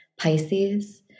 Pisces